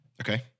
Okay